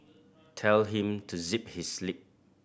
tell him to zip his lip